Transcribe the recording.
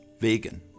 vegan